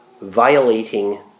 violating